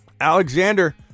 Alexander